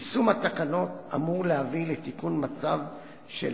יישום התקנות אמור להביא לתיקון מצב של